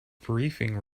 briefing